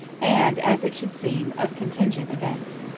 and, as it should seem, of contingent, events.